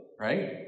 right